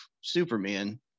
superman